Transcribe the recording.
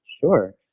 Sure